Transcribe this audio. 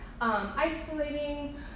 isolating